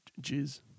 jizz